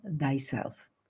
thyself